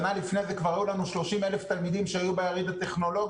שנה לפני זה כבר היו לנו 30,000 תלמידים שהיו ביריד הטכנולוגי.